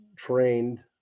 trained